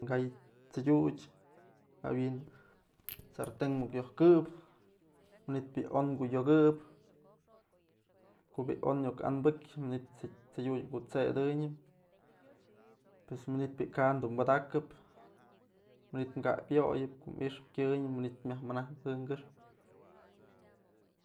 Kay, t'sëdiuty jawi'in sarten muk yojkëp, manytë bi'i on kuyokëp, ko'o bi'i on iuk anbëk manytë t'sëdiuty kusëdënyëb pues manytë bi'i kan dun padakëp, manytë kap yoyëp ko'o mixëp kyënëp manytë myaj manajnëp jën këxpë.